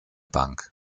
bank